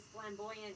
flamboyant